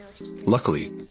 Luckily